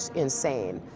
insane.